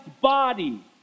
body